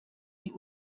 die